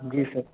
जी sir